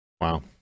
Wow